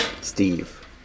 Steve